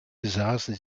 besaßen